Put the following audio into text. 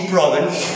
Province